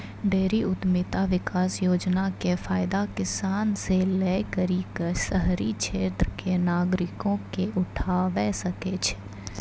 dairy उद्यमिता विकास योजना के फायदा किसान से लै करि क शहरी क्षेत्र के नागरिकें उठावै सकै छै